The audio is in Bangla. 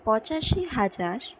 পঁচাশি হাজার